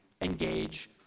engage